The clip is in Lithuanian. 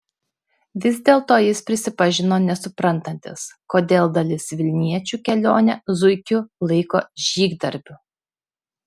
vis dėlto jis prisipažino nesuprantantis kodėl dalis vilniečių kelionę zuikiu laiko žygdarbiu